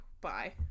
Bye